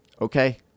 okay